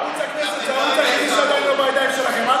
ערוץ הכנסת הוא הערוץ היחיד שעדיין לא בידיים שלכם.